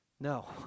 No